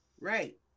Right